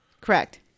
Correct